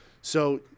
So-